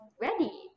ready